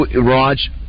Raj